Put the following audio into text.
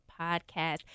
Podcast